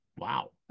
Wow